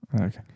Okay